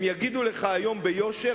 הם יגידו לך היום ביושר,